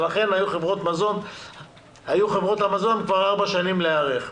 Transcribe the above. ולכן היו לחברות המזון כבר ארבע שנים להיערך.